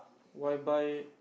while by